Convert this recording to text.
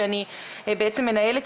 לתקופה הזאת שנמצאים בני הנוער בזום כל הזמן,